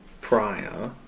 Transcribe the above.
prior